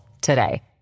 today